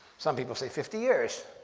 some people say fifty years.